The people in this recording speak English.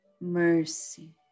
mercy